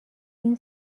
این